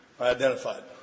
identified